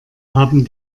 haben